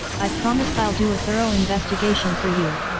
i promise i'll do a thorough investigation for you!